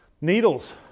Needles